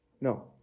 No